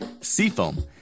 Seafoam